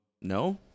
no